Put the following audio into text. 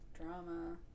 drama